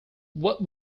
what